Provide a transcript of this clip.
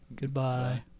Goodbye